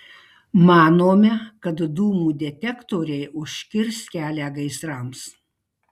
manome kad dūmų detektoriai užkirs kelią gaisrams